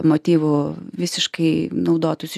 motyvų visiškai naudotųsi